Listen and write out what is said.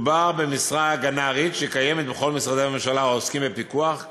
מדובר במשרה גנרית שקיימת בכל משרדי ממשלה העוסקים בפיקוח,